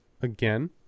again